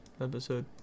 episode